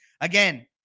Again